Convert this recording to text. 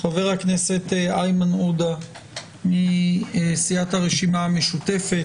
חברי הכנסת איימן עודה מסיעת הרשימה המשותפת,